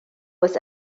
was